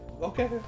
okay